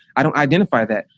i don't identify that.